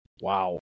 Wow